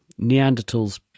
Neanderthals